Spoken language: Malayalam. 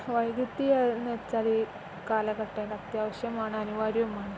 വൈദ്യുതി എന്നുവച്ചാല് കാലഘട്ടത്തിൽ അത്യാവശ്യമാണ് അനിവാര്യവുമാണ്